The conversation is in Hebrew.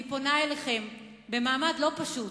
אני פונה אליכם במעמד לא פשוט,